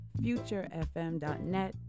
FutureFM.net